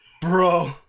Bro